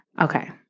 Okay